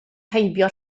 heibio